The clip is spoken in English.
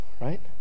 Right